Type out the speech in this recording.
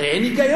הרי אין היגיון.